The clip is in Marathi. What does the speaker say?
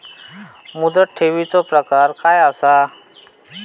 मुदत ठेवीचो प्रकार काय असा?